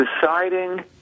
deciding